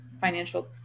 financial